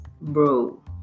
bro